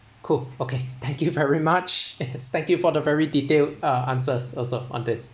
cool okay thank you very much thank you for the very detailed uh answers also on this